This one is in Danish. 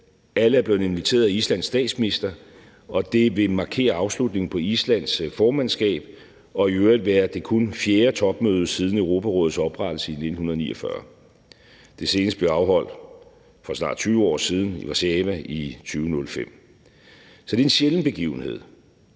Alle er blevet inviteret af Islands statsminister, og det vil markere afslutningen på Islands formandskab, og det vil i øvrigt være det kun fjerde topmøde siden Europarådets oprettelse i 1949. Det seneste blev afholdt for snart 20 år siden i Warszawa i 2005. Så det er en sjælden begivenhed,